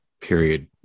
period